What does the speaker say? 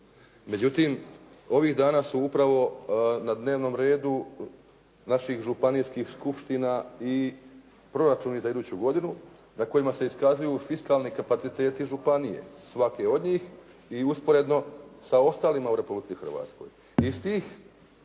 Međutim, ovih dana su upravo na dnevnom redu naših županijskih skupština i proračuni za iduću godinu na kojima se iskazuju fiskalni kapaciteti županije svake od njih i usporedno sa ostalima u Republici Hrvatskoj.